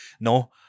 no